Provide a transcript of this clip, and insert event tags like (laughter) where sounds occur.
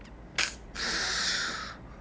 (noise) (breath)